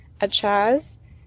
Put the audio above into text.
Achaz